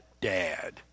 dad